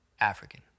African